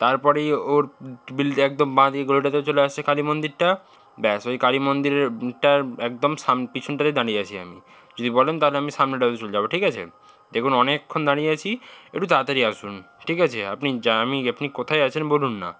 তারপরেই ওর বিলটা একদম বাঁ দিকের গলিটাতে চলে আসছে কালী মন্দিরটা ব্যাস ওই কালী মন্দিরের টার একদম পিছনটাতে দাঁড়িয়ে আছি আমি যদি বলেন তাহলে আমি সামনেটাতে চলে যাব ঠিক আছে দেখুন অনেকক্ষণ দাঁড়িয়ে আছি একটু তাড়াতাড়ি আসুন ঠিক আছে আপনি আপনি কোথায় আছেন বলুন না